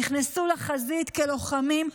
נכנסו לחזית כלוחמים,